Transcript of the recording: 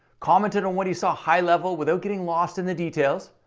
commented on what he saw high level without getting lost in the details,